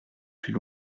plus